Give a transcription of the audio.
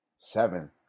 Seven